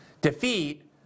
defeat